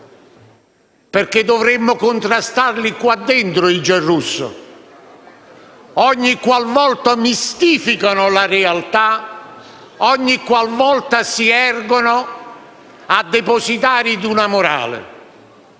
perché dovremmo contrastarli qua dentro i Giarrusso, ogni qualvolta mistificano la realtà, ogni qualvolta si ergono a depositari di una morale.